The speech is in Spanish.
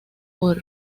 por